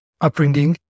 upbringing